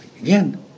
Again